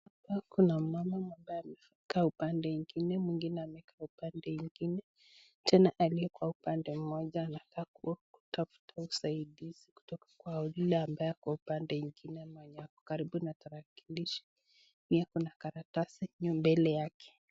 Hapa kuna mama mmoja amekaa upande mwingine, mwingine amekaa upande ingine. Tena aliyeko upande moja anakaa kutafuta usaidizi kutoka kwa yule ambaye ako upande ingine ambaye ako karibu na tarakilishi. Pia kuna karatasi iko mbele yake.